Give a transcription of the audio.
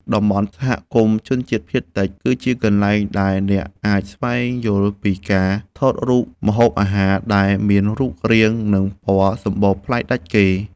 តំបន់សហគមន៍ជនជាតិភាគតិច គឺជាកន្លែងដែលអ្នកអាចស្វែងយល់ពីការថតរូបម្ហូបអាហារដែលមានរូបរាង និងពណ៌សម្បុរប្លែកដាច់គេ។